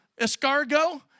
escargot